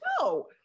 No